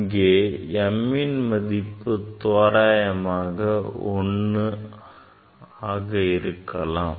இங்கே mன் மதிப்பு தோராயமாக 1ஆக இருக்கலாம்